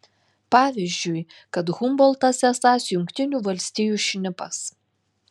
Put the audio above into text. pavyzdžiui kad humboltas esąs jungtinių valstijų šnipas